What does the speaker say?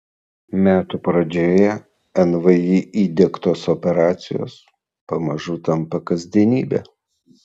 metų pradžioje nvi įdiegtos operacijos pamažu tampa kasdienybe